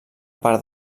part